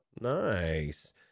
Nice